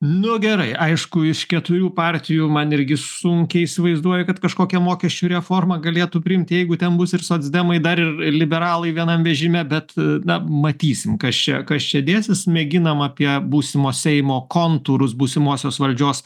nu gerai aišku iš keturių partijų man irgi sunkiai įsivaizduoju kad kažkokią mokesčių reformą galėtų priimti jeigu ten bus ir socdemai dar ir liberalai vienam vežime bet na matysime kas čia kas čia dėsis mėginama apie būsimo seimo kontūrus būsimosios valdžios